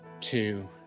two